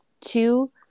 two